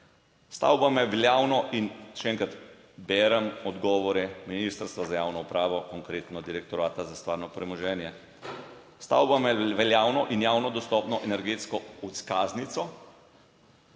Stavba ima veljavno, in še enkrat berem odgovore Ministrstva za javno upravo, konkretno Direktorata za stvarno premoženje, stavba ima veljavno in javno dostopno energetsko izkaznico.